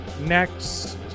next